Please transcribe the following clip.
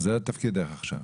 זה תפקידך עכשיו.